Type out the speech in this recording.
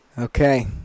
Okay